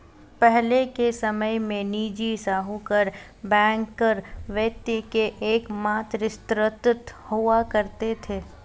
पहले के समय में निजी साहूकर बैंकर वित्त के एकमात्र स्त्रोत हुआ करते थे